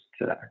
today